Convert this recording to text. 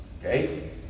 Okay